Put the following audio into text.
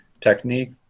technique